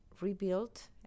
rebuilt